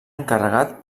encarregat